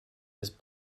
his